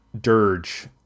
dirge